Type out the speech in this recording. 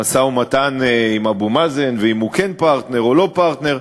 שבמשא-ומתן עם אבו מאזן ואם הוא כן פרטנר או לא פרטנר,